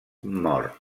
mor